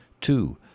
two